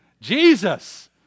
Jesus